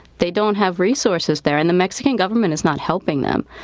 they don't have resources there. and the mexican government is not helping them.